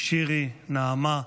שירי, נעמה,